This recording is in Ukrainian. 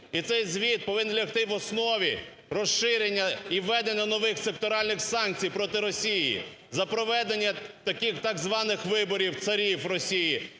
І цей звіт повинен лягти в основі розширення і введення нових секторальних санкцій проти Росії за проведення таких так званих виборів царів Росії,